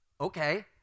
Okay